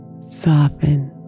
soften